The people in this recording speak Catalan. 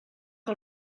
que